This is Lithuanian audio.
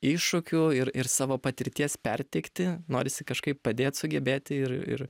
iššūkių ir ir savo patirties perteikti norisi kažkaip padėt sugebėti ir ir